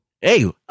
hey